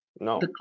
No